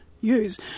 use